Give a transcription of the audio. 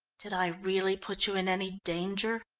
did i really put you in any danger?